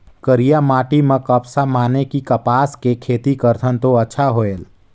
करिया माटी म कपसा माने कि कपास के खेती करथन तो अच्छा होयल?